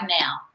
now